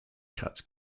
cuts